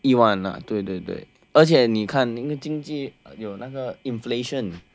一万呐对对对而且你看那个经济有那个 inflation